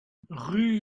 rue